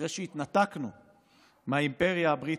אחרי שהתנתקנו מהאימפריה הבריטית,